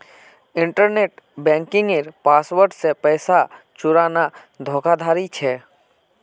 internet बन्किंगेर password से पैसा चुराना धोकाधाड़ी छे